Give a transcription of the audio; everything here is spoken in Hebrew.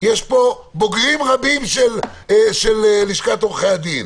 יש פה בוגרים רבים של לשכת עורכי הדין,